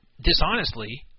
dishonestly